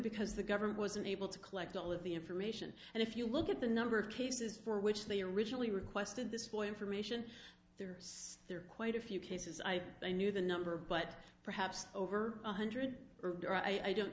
because the government wasn't able to collect all of the information and if you look at the number of cases for which they originally requested this boy information there are quite a few cases i i knew the number but perhaps over one hundred or i don't